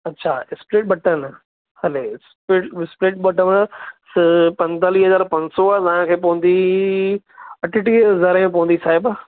अच्छा स्प्लिट ॿ टन हले स्प्लिट ॿ टन पंजेतालीह हज़ार पंज सौ तव्हांखे पवंदी अठटीह हज़ार में पवंदी साहिबु